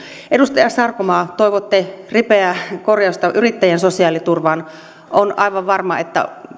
edustaja sarkomaa toivoitte ripeää korjausta yrittäjien sosiaaliturvaan on aivan varmaa että